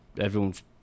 everyone's